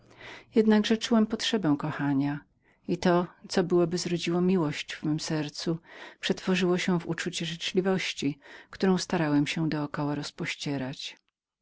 tymczasem czułem potrzebę kochania i to co byłoby zrodziło miłość w mem sercu przetworzyło się w uczucie ogólnej przychylności którą starałem się do koła rozpościerać